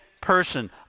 person